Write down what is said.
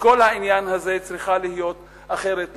לכל העניין הזה צריכה להיות אחרת לחלוטין.